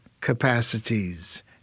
capacities